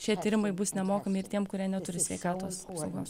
šie tyrimai bus nemokami ir tiem kurie neturi sveikatos apsaugos